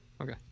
Okay